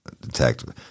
detective